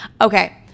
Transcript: Okay